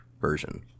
version